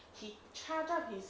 he charge up his